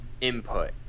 input